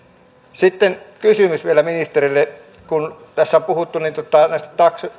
sitten kysymys vielä ministerille kun tässä on puhuttu näistä